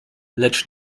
lecz